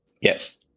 yes